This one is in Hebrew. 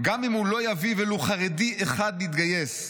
גם אם הוא לא יביא ולו חרדי אחד להתגייס.